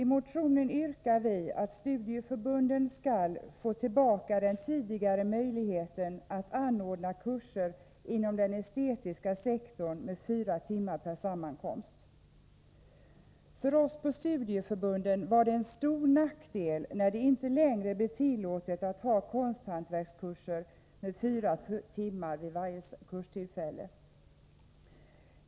I motionen yrkar vi att studieförbunden skall få tillbaka den tidigare möjligheten att anordna kurser inom den estetiska sektorn med fyra timmar per sammankomst. För oss på studieförbunden var det en stor nackdel när det inte längre blev tillåtet att ha konsthantverkskurser med fyra timmar vid varje kurstillfälle.